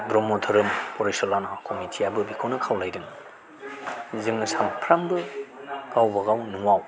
ब्रह्म धोरोम फरायसुला कमिटिआबो बेखौनो खावलायदों जोङो साफ्रामबो गावबागाव न'आव